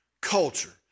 culture